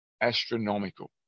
astronomical